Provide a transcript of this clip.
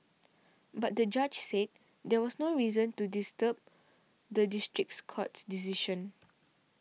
but the judge said there was no reason to disturb the districts court's decision